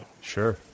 Sure